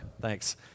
thanks